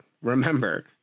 remember